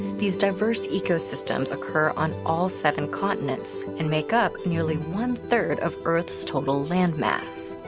these diverse ecosystems occur on all seven continents and make up nearly one-third of earth's total land mass.